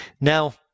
Now